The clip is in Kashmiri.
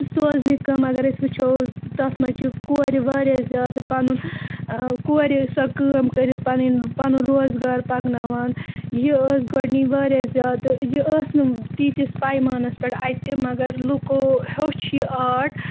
سوزنہِ کٲم اگر أسۍ وٕچھو تَتھ منٛز چھِ کورِ واریاہ زیادٕ پَنُن کورِ سۄ کٲم کٔرِتھ پَںٕںۍ پَنُن روزگار پَکناوان یہِ ٲس گۄڈنی واریاہ زیادٕ یہِ ٲس نہٕ تیٖتِس پَیمانَس پٮ۪ٹھ اَتہِ مگر لُکو ہیوٚچھ یہِ آرٹ